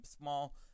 small